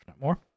more